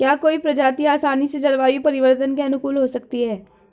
क्या कोई प्रजाति आसानी से जलवायु परिवर्तन के अनुकूल हो सकती है?